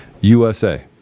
USA